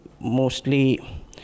mostly